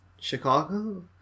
Chicago